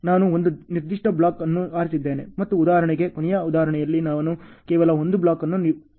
ಆದ್ದರಿಂದ ನಾನು ಒಂದು ನಿರ್ದಿಷ್ಟ ಬ್ಲಾಕ್ ಅನ್ನು ಆರಿಸಿದ್ದೇನೆ ಮತ್ತು ಉದಾಹರಣೆಗೆ ಕೊನೆಯ ಉದಾಹರಣೆಯಲ್ಲಿ ನಾನು ಕೇವಲ ಒಂದು ಬ್ಲಾಕ್ ಅನ್ನು ಹೊಂದಿದ್ದೇನೆ